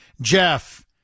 Jeff